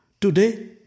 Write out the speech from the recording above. Today